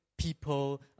People